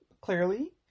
clearly